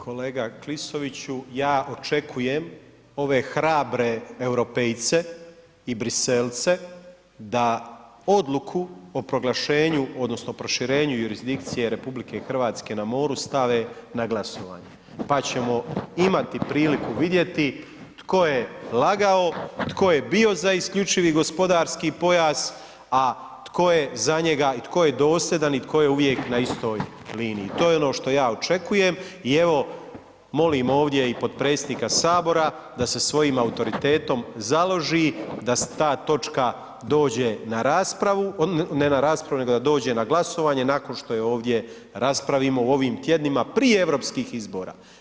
Kolega Klisoviću, ja očekujem ove hrabre Europejce i Briselce da odluku o proglašenju odnosno proširenju jurisdikcije RH na moru stave na glasovanje, pa ćemo imati priliku vidjeti tko je lagao, tko je bio za isključivi gospodarski pojas, a tko je za njega i tko je dosljedan i tko je uvijek na istoj liniji, to je ono što ja očekujem i evo molim ovdje i potpredsjednika HS da se svojim autoritetom založi da se ta točka dođe na raspravu, ne na raspravu, nego da dođe na glasovanje nakon što je ovdje raspravimo u ovim tjednima prije europskih izbora.